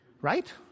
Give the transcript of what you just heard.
Right